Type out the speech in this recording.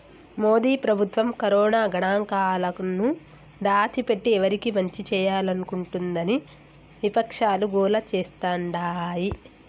మోదీ ప్రభుత్వం కరోనా గణాంకాలను దాచిపెట్టి ఎవరికి మంచి చేయాలనుకుంటోందని విపక్షాలు గోల చేస్తాండాయి